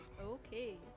okay